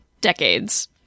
decades